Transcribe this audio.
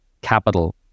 capital